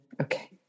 Okay